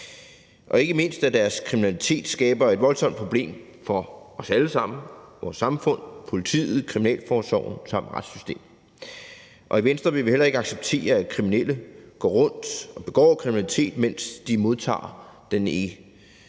og ikke mindst, at deres kriminalitet skaber et voldsomt problem for os alle sammen – vores samfund, politiet, kriminalforsorgen samt retssystemet. I Venstre vil vi heller ikke acceptere, at kriminelle går rundt og begår kriminalitet, mens de modtager den ene